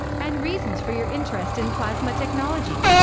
and reasons for your interest in plasma technology.